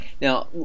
Now